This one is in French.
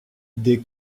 des